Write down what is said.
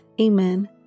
Amen